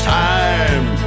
time